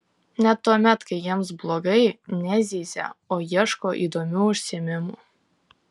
net tuomet kai jiems blogai nezyzia o ieško įdomių užsiėmimų